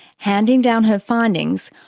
handing down her findings,